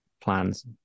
plans